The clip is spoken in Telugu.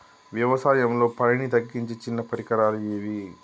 వ్యవసాయంలో పనిని తగ్గించే చిన్న పరికరాలు ఏవి?